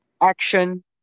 Action